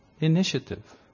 initiative